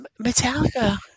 metallica